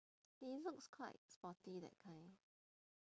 he looks quite sporty that kind